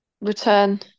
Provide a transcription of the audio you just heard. Return